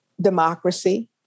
democracy